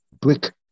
brick